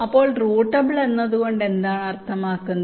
അപ്പോൾ റൂട്ടബിൾ എന്നതുകൊണ്ട് എന്താണ് അർത്ഥമാക്കുന്നത്